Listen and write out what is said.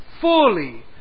Fully